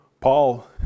Paul